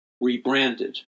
rebranded